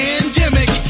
pandemic